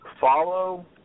follow